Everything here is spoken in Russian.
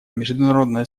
международное